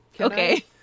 okay